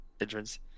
entrance